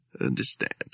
understand